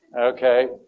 okay